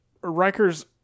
Riker's